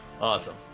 Awesome